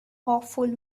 awful